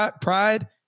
Pride